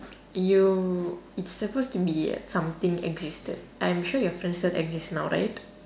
you it's supposed to be something existed I'm sure your friend still exist now right